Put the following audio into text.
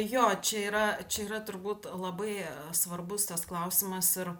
jo čia yra čia yra turbūt labai svarbus tas klausimas ir